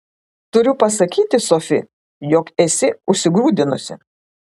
turiu pasakyti sofi jog esi užsigrūdinusi